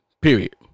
Period